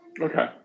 Okay